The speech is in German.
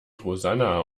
rosanna